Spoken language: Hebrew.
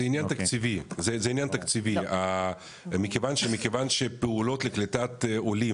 זה עניין תקציבי, מכיוון שפעולות לקליטת עולים,